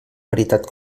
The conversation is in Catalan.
varietat